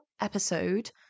episode